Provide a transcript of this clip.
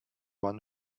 one